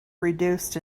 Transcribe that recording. reduced